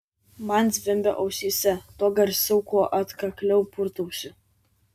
man zvimbia ausyse tuo garsiau kuo atkakliau purtausi